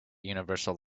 universal